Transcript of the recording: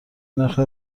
نرخ